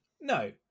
No